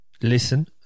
listen